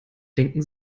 denken